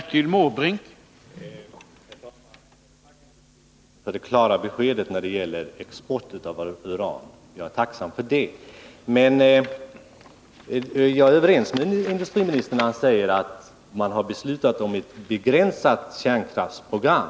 Herr talman! Jag tackar industriministern för det klara beskedet när det gäller export av uran. Jag är överens med industriministern när han säger att vi har beslutat om ett begränsat kärnkraftsprogram.